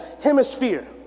hemisphere